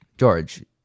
George